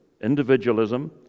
individualism